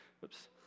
Whoops